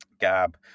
Gab